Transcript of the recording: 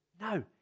no